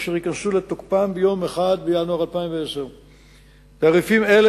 אשר ייכנסו לתוקפם ב-1 בינואר 2010. תעריפים אלה